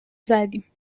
زدیم